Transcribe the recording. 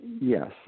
Yes